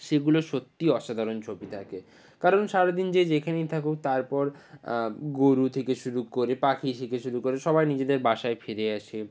সেগুলো সত্যি অসাধারণ ছবি থাকে কারণ সারাদিন যে যেখানেই থাকুক তারপর গোরু থেকে শুরু করে পাখি থেকে শুরু করে সবাই নিজেদের বাসায় ফিরে আসে